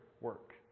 work